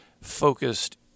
focused